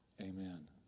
Amen